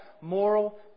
moral